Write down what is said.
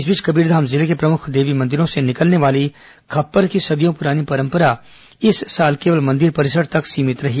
इस बीच कबीरघाम जिले के प्रमुख देवी मंदिरों से निकलने वाली खप्पर की सदियों प्ररानी परंपरा इस साल केवल मंदिर परिसर तक सीभित रही